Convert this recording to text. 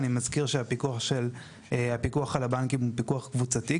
אני מזכיר שהפיקוח על הבנקים הוא פיקוח קבוצתי.